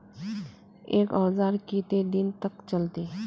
एक औजार केते दिन तक चलते?